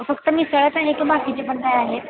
फक्त मिसळच आहे का बाकीचं पण काय आहेत